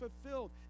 fulfilled